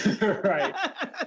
Right